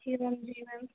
जी ma'am जी ma'am